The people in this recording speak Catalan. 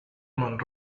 mont